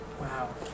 Wow